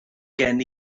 gen